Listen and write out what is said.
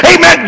Amen